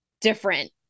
different